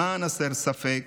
למען הסר ספק,